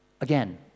Again